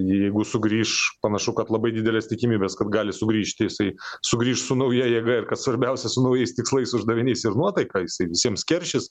jeigu sugrįš panašu kad labai didelės tikimybės kad gali sugrįžti jisai sugrįš su nauja jėga ir kas svarbiausia su naujais tikslais uždaviniais ir nuotaika jisai visiems keršys